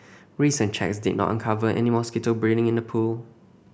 recent checks did not uncover any mosquito breeding in the pool